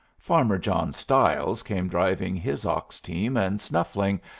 farmer john stiles came driving his ox-team and snuffling,